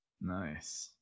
Nice